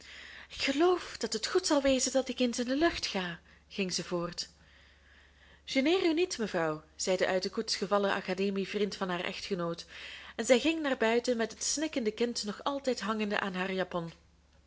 ik geloof dat het goed zal wezen dat ik eens in de lucht ga ging zij voort gêneer u niet mevrouw zei de uit de koets gevallen academievriend van haar echtgenoot en zij ging naar buiten met het snikkende kind nog altijd hangende aan haar japon